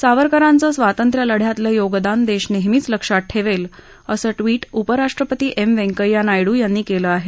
सावरकरांचं स्वातंत्र्यलढ्यातलं योगदान देश नेहमीच लक्षात ठेवेल असं ट्विट उपराष्ट्रपती एम व्यंकय्या नायडू यांनी केलं आहे